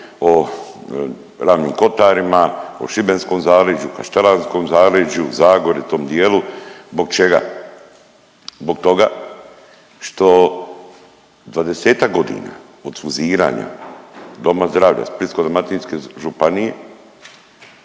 o Ravnim kotarima, o šibenskom zaleđu, kaštelanskom zaleđu, Zagori i tom dijelu. Zbog čega? Zbog toga što 20-ak godina od fuziranja Doma zdravlja Splitsko-dalmatinske županije